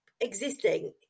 existing